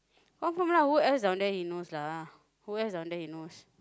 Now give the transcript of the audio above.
who else down there he knows lah who else down there he knows